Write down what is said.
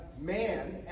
man